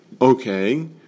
okay